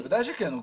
ודאי שכן.